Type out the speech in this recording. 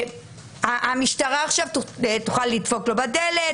המשטרה עכשיו תוכל לדפוק לו בדלת,